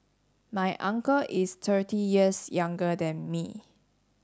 my uncle is thirty years younger than me